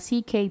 CK